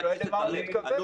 שיגיד למה הוא התכוון.